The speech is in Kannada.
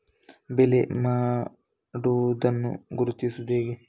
ಬೆಳೆ ಮಾಗುವುದನ್ನು ಗುರುತಿಸುವುದು ಹೇಗೆ?